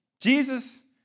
Jesus